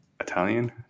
Italian